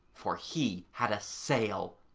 for he had a sail,